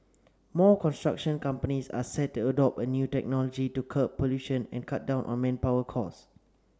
more construction companies are set to adopt a new technology to curb pollution and cut down on manpower costs